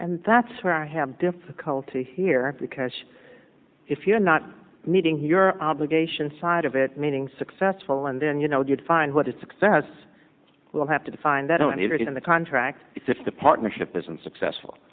and that's where i have difficulty here because if you're not meeting here obligation side of it meaning successful and then you know you define what is success we'll have to define that and in the contract it's if the partnership isn't successful